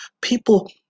People